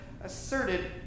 asserted